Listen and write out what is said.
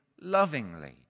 lovingly